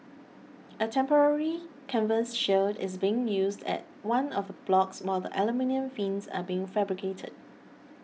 a temporary canvas shield is being used at one of blocks while the aluminium fins are being fabricated